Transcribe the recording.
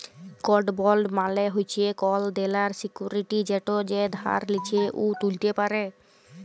ইকট বল্ড মালে হছে কল দেলার সিক্যুরিটি যেট যে ধার লিছে উ তুলতে পারে